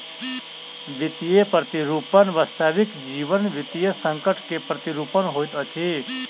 वित्तीय प्रतिरूपण वास्तविक जीवनक वित्तीय संकट के प्रतिरूपण होइत अछि